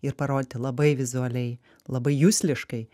ir parodyti labai vizualiai labai jusliškai